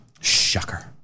Shocker